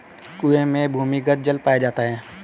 कुएं में भूमिगत जल पाया जाता है